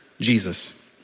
Jesus